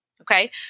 Okay